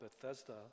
Bethesda